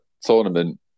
tournament